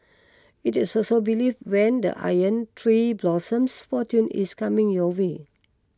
it is also believed when the Iron Tree blossoms fortune is coming your way